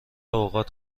اوقات